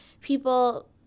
people